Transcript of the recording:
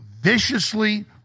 viciously